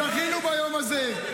זכינו ביום הזה.